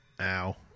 Ow